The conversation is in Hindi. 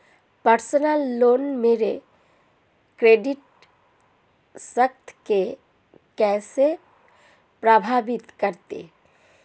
पर्सनल लोन मेरे क्रेडिट स्कोर को कैसे प्रभावित करेगा?